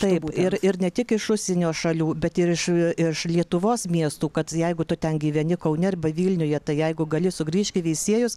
taip ir ir ne tik iš užsienio šalių bet ir iš iš lietuvos miestų kad jeigu tu ten gyveni kaune arba vilniuje tai jeigu gali sugrįšk į veisiejus